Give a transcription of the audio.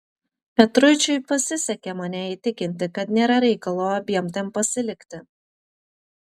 petruičiui pasisekė mane įtikinti kad nėra reikalo abiem ten pasilikti